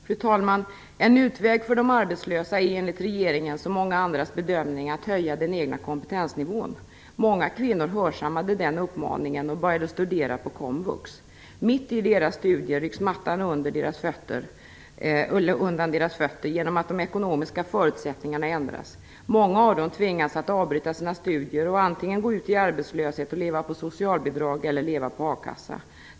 Fru talman! En utväg för de arbetslösa är enligt regeringens och många andras bedömning att höja den egna kompetensnivån. Många kvinnor hörsammade den uppmaningen och började studera på komvux. Mitt i deras studier rycks mattan under deras fötter bort genom att de ekonomiska förutsättningarna ändras. Många av dem tvingas avbryta sina studier och antingen gå ut i arbetslöshet och leva på socialbidrag eller leva på a-kassa.